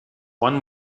one